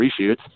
reshoots